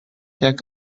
jak